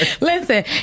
Listen